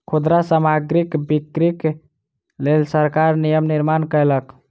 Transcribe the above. खुदरा सामग्रीक बिक्रीक लेल सरकार नियम निर्माण कयलक